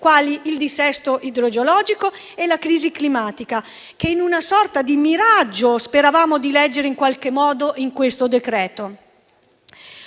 quali il dissesto idrogeologico e la crisi climatica, che in una sorta di miraggio speravamo di leggere in qualche modo nel provvedimento